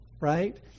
right